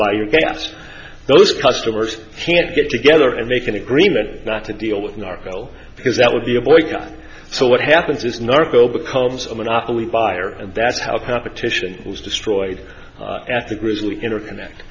buy your gas those customers can't get together and make an agreement not to deal with narco because that would be a boycott so what happens is narco becomes a monopoly buyer and that's how capitation was destroyed at the grizzly interconnect